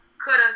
coulda